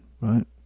right